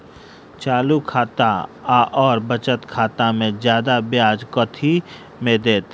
चालू खाता आओर बचत खातामे जियादा ब्याज कथी मे दैत?